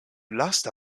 lasta